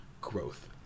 growth